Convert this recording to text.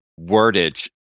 wordage